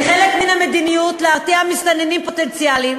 כחלק מהמדיניות להרתיע מסתננים פוטנציאליים